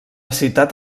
ciutat